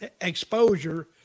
exposure